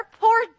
poor